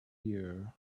year